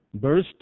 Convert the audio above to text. verse